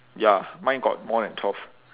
ya mine got more than twelve